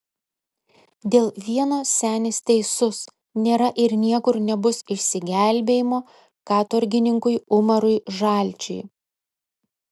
dėl vieno senis teisus nėra ir niekur nebus išsigelbėjimo katorgininkui umarui žalčiui